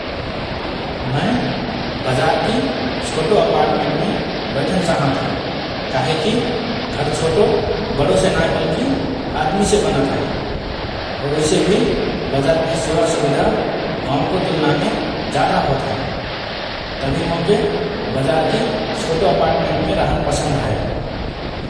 मए बजारकि छोटो अपार्टमेन्टमे बैठन चाहत हओं काहेकि घर छोटो बडोसे नाए बल्कि आदमीसे बनात हए । और उइसे भि बजारमे सेवा सुविधा गांवके तुलनामे जाधा होत हएँ । तभि मोके बजारकि छोटो अपार्टमेन्टमे रहन पसन्द हए ।